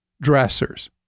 dressers